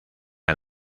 han